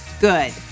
Good